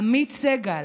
עמית סגל